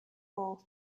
all